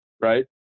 right